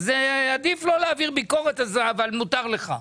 עדיף לא להעביר ביקורת אבל מותר לך.